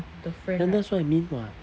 then that's what I mean [what]